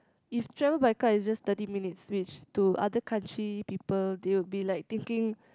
if travel by car it's just thirty minutes which to other country people they would be like thinking